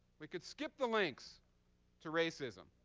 we could skip the links to racism.